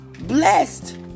Blessed